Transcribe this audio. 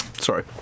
Sorry